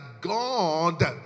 God